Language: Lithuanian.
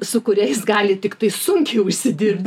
su kuria is gali tiktai sunkiai užsidirbt